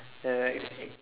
there right